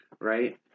Right